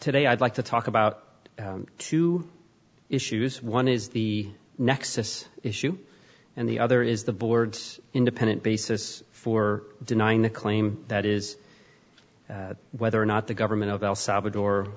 today i'd like to talk about two issues one is the nexus issue and the other is the board's independent basis for denying the claim that is whether or not the government of el salvador